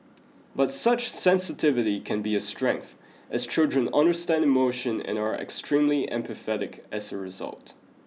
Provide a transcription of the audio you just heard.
but such sensitivity can be a strength as children understand emotion and are extremely empathetic as a result